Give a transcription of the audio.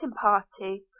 party